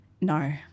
No